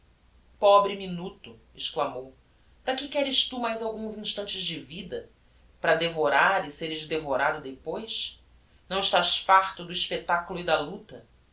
pobre minuto exclamou para que queres tu mais alguns instantes de vida para devorar e seres devorado depois não estás farto do expectaculo e da luta